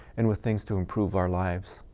and with things to improve our lives.